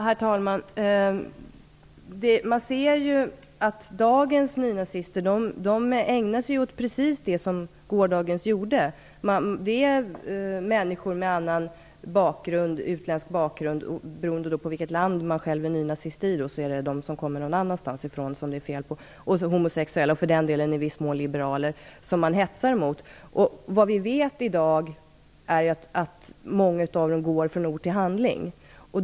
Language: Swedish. Herr talman! Man ser ju att dagens nynazister ägnar sig åt precis det som gårdagens gjorde. Det är människor med utländsk bakgrund - beroende på vilket land man själv är nynazist i är det de som kommer någon annanstans ifrån som det är fel på - homosexuella och för den delen i viss mån liberaler som man hetsar mot. Vad vi vet i dag är att många av nynazisterna går från ord till handling.